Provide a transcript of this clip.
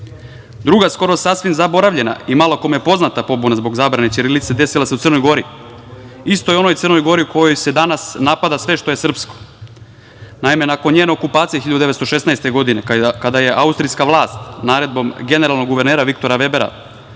skoro sasvim zaboravljena i malo kome poznata pobuna zbog zabrane ćirilice desila se u Crnoj Gori, istoj onoj Crnoj Gori u kojoj se danas napada sve što je srpsko. Naime, nakon njene okupacije 1916. godine, kada je austrijska vlast naredbom generalnog guvernera Viktora Vebera